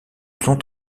sont